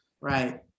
Right